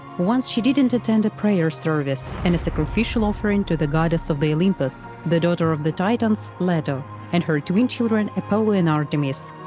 once she did not attend a prayer service and a sacrificial offering to the goddess of the olympus the daughter of the titans leto and her twin children apollo and artemis,